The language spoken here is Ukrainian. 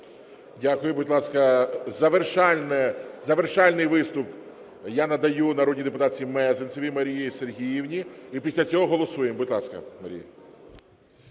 Дякую. Будь ласка, завершальний виступ я надаю народній депутатці Мезенцевій Марії Сергіївні. І після цього голосуємо. Будь ласка, Марія.